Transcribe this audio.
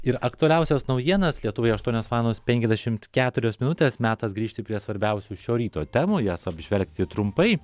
ir aktualiausias naujienas lietuvoje aštuonios valandos penkiasdešimt keturios minutės metas grįžti prie svarbiausių šio ryto temų jas apžvelgti trumpai